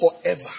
forever